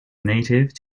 native